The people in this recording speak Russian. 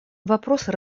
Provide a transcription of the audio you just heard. вопросы